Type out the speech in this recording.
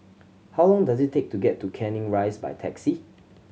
how long does it take to get to Canning Rise by taxi